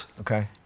okay